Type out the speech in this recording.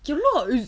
you